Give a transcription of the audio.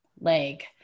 leg